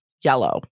yellow